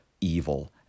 evil